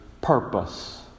purpose